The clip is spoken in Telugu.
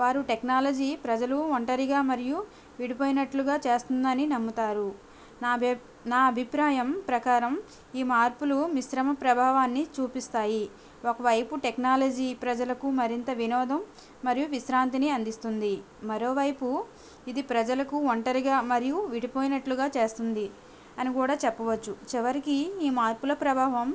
వారు టెక్నాలజీ ప్రజలు ఒంటరిగా మరియు విడిపోయినట్లుగా చేస్తుందని నమ్ముతారు నా అ నా అభిప్రాయం ప్రకారం ఈ మార్పులు మిశ్రమ ప్రభావాన్ని చూపిస్తాయి ఒకవైపు టెక్నాలజీ ప్రజలకు మరింత వినోదం మరియు విశ్రాంతిని అందిస్తుంది మరోవైపు ఇది ప్రజలకు ఒంటరిగా మరియు విడిపోయినట్లుగా చేస్తుంది అని కూడా చెప్పవచ్చు చివరికి ఈ మార్పుల ప్రభావం